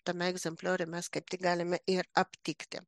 tame egzemplioriuje mes kaip tik galime ir aptikti